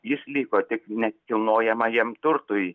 jis liko tik nekilnojamajam turtui